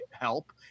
help